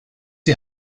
die